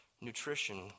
nutrition